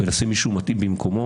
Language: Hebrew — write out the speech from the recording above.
ולשים מישהו מתאים במקומו.